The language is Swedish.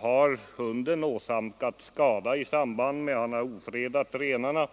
Har hunden åstadkommit skada i samband med att han ofredat renar